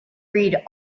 read